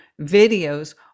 videos